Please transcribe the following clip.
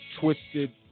twisted